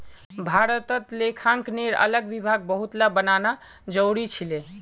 भारतत लेखांकनेर अलग विभाग बहुत बनाना जरूरी छिले